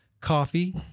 coffee